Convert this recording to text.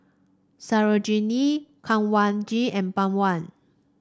Sarojini Kanwaljit and Pawan